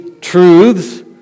truths